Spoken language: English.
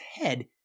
head